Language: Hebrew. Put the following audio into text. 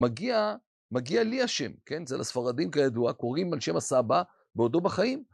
מגיע לי השם, כן? זה לספרדים כידוע, קוראים על שם הסבא בעודו בחיים.